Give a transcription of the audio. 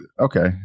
okay